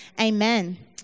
Amen